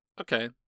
Okay